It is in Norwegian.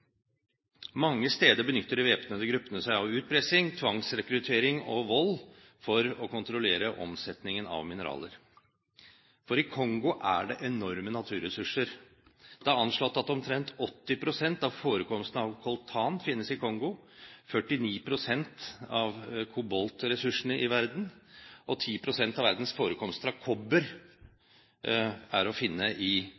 Mange steder benytter de væpnede gruppene seg av utpressing, tvangsrekruttering og vold for å kontrollere omsetningen av mineraler. I Kongo er det enorme naturressurser. Det er anslått at omtrent 80 pst. av forekomstene av coltan finnes i Kongo, og 49 pst. av koboltressursene i verden og 10 pst. av verdens